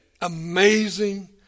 amazing